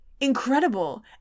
incredible